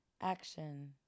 action